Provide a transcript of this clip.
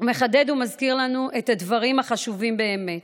מחדד ומזכיר לנו את הדברים החשובים באמת: